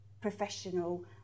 professional